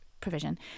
provision